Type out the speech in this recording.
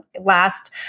last